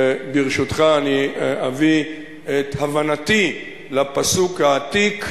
ברשותך, אביא את הבנתי לפסוק העתיק: